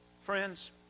Friends